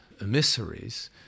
emissaries